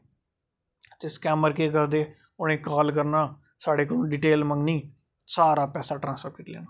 ते स्कैमर केह् करदे उ'नें काॅल करना साढ़े कोलो डिटेल मंगनी सारा पैसा ट्रांसफर करी लैना